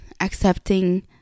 Accepting